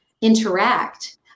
interact